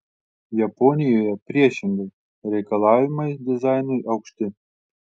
japonijoje priešingai reikalavimai dizainui aukšti